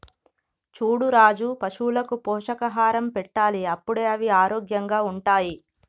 చూడు రాజు పశువులకు పోషకాహారం పెట్టాలి అప్పుడే అవి ఆరోగ్యంగా ఉంటాయి